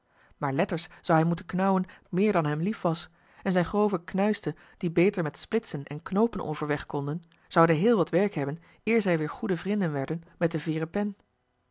maar letters zou hij moeten knauwen meer dan hem lief was en zijn grove knuisten die beter met splitsen en knoopen overweg konden zouden heel wat werk hebben eer zij weer goeie vrinden werden met de veeren pen